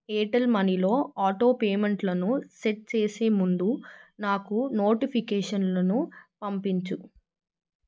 Airtel మనీలో ఆటోపేమెంట్లను set చేసే ముందు నాకు నోటిఫికేషన్లను పంపించు